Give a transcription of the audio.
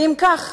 אם בכך